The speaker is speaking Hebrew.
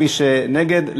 מי שנגד,